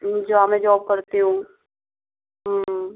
जहाँ मैं जॉब करती हूँ हाँ